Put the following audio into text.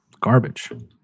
garbage